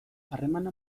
harremana